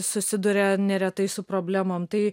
susiduria neretai su problemom tai